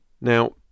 Now